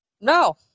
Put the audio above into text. No